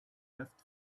left